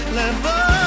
level